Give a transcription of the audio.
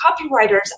Copywriters